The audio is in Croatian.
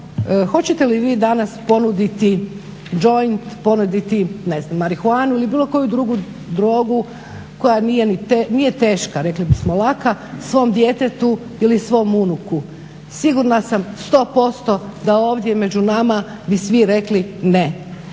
hoćete li vi danas ponuditi džoint, ponuditi ne znam marihuanu ili bilo koju drugu drogu koja nije teška, rekli bismo laka, svom djetetu ili svom unuku? Sigurna sam 100% da ovdje među nama bi svi rekli ne,